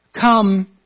Come